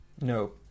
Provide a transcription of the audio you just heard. No